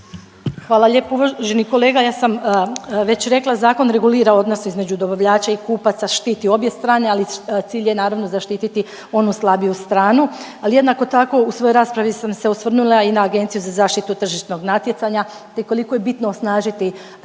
Hvala lijepo. Uvaženi kolega, ja sam već rekla zakon regulira odnose između dobavljača i kupaca, štiti obje strane, ali cilj je naravno zaštititi onu slabiju stranu. Ali jednako tako u svojoj raspravi sam se osvrnula i na Agenciju za zaštitu tržišnog natjecanja te koliko je bitno osnažiti